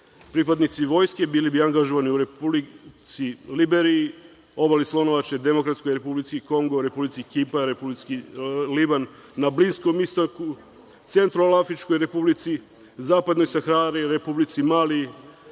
Pripadnici vojske bili bi angažovani u Republici Liberiji, Obali Slonovače, Demokratskoj Republici Kongo, Republici Kipar, Republici Liban, na Bliskom istoku, Cetralnoafričkoj Republici, Zapadnoj Sahari, Republici Mali,